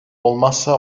olmazsa